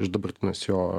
iš dabartinės jo